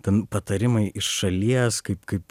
ten patarimai iš šalies kaip kaip